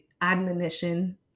admonition